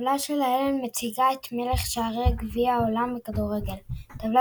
הטבלה שלהלן מציגה את מלך שערי גביע העולם בכדורגל הטבלה